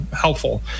helpful